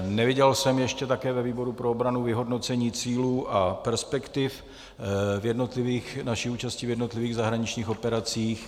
Neviděl jsem ještě také ve výboru pro obranu vyhodnocení cílů a perspektiv našich účastí v jednotlivých zahraničních operacích.